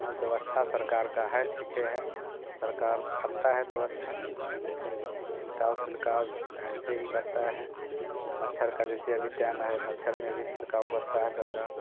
और व्यवस्था सरकार का है ठीक ही है सरकार करता है व्यवस्था लेकिन छिड़काव फिलकाव हमसे ही करता है मच्छर का जैसे अभी टैम है मच्छर में भी छिड़काव करता है सरकार